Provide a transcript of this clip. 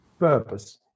purpose